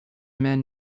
men